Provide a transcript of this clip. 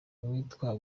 uwitwa